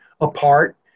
apart